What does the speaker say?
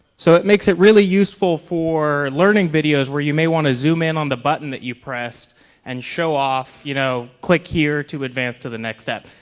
so it makes it really useful for learning videos where you may want to zoom in on the button that you pressed and show off you know, click here to advance to the next step.